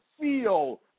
feel